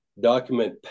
document